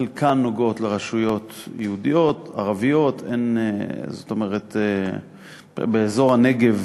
חלקן נוגעות לרשויות יהודיות, ערביות, באזור הנגב